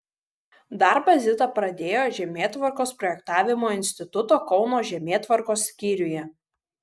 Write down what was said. darbą zita pradėjo žemėtvarkos projektavimo instituto kauno žemėtvarkos skyriuje